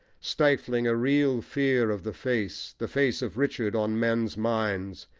stifling a real fear of the face, the face of richard, on men's minds,